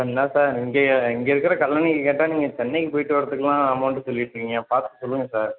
என்ன சார் இங்கேயே இங்கே இருக்கிற கல்லணைக்கு கேட்டால் நீங்கள் சென்னைக்கு போயிட்டு வரதுக்கெலாம் அமௌண்டு சொல்லிட்டுருக்கீங்க பார்த்து சொல்லுங்கள் சார்